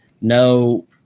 no